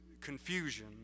confusion